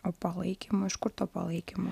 o palaikymo iš kur to palaikymo